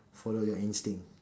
follow your instinct